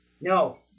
no